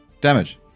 Damage